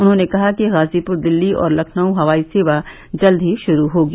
उन्होंने कहा कि गाजीपुर दिल्ली और लखनऊ हवाई सेवा जल्द ही शुरू होगी